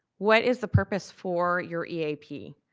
what is the purpose for your eap?